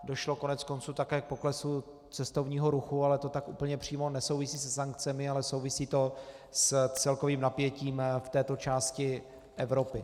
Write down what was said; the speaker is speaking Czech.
Došlo koneckonců také k poklesu cestovního ruchu, ale to tak úplně přímo nesouvisí se sankcemi, ale souvisí to s celkovým napětím v této části Evropy.